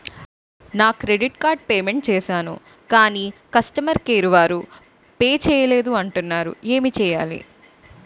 నా credit card payment చేసాను కాని కస్టమర్ కేర్ వారు పే చేయలేదు అంటున్నారు ఏంటి చేయాలి?